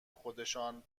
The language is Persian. خودشان